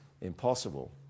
impossible